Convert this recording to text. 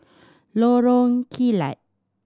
Lorong Kilat